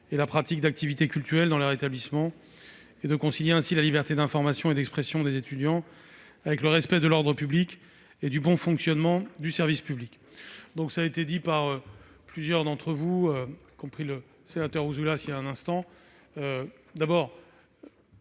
et la pratique d'activités cultuelles dans leur établissement et de concilier ainsi la liberté d'information et d'expression des étudiants avec le respect de l'ordre public et du bon fonctionnement du service public. Premièrement, comme cela a été dit par plusieurs d'entre vous, y compris par le sénateur Ouzoulias, adopter